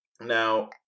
Now